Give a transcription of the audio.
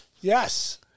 Yes